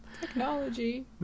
Technology